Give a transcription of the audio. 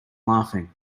laughing